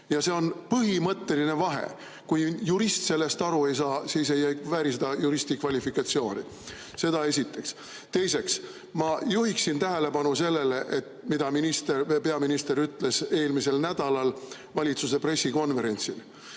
Ja see on põhimõtteline vahe. Kui jurist sellest aru ei saa, siis ei vääri ta seda juristi kvalifikatsiooni. Seda esiteks. Teiseks, ma juhiksin tähelepanu sellele, mida peaminister ütles eelmisel nädalal valitsuse pressikonverentsil,